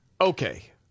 okay